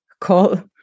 call